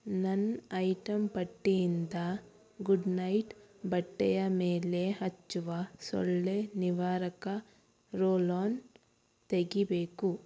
ನನ್ನ ಐಟಂ ಪಟ್ಟಿಯಿಂದ good night ಬಟ್ಟೆಯ ಮೇಲೆ ಹಚ್ಚುವ ಸೊಳ್ಳೆ ನಿವಾರಕ ರೋಲ್ ಆನ್ ತೆಗಿಬೇಕು